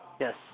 Yes